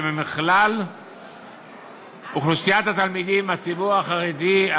מכלל אוכלוסיית התלמידים הציבור החרדי,